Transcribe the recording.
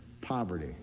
poverty